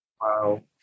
Wow